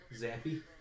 Zappy